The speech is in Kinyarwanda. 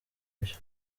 byo